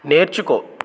నేర్చుకో